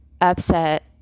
upset